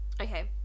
Okay